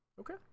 Okay